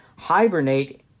hibernate